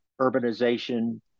urbanization